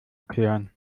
erklären